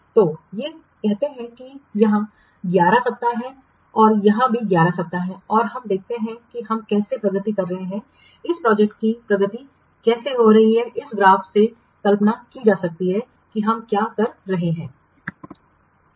तो ये कहते हैं कि यहां 11 सप्ताह हैं और यहां भी 11 सप्ताह हैं और हम देखते हैं कि हम कैसे प्रगति कर रहे हैं इस प्रोजेक्ट की प्रगति कैसे हो रही है इस ग्राफ से कल्पना की जा सकती है कि हम क्या कह रहे हैं